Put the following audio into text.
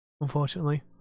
unfortunately